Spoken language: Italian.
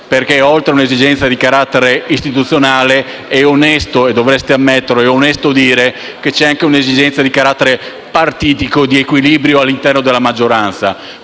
perché oltre ad un'esigenza di carattere istituzionale, dovreste ammettere che è onesto dire che c'è anche un'esigenza di carattere partitico di equilibrio all'interno della maggioranza.